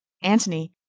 antony,